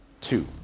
two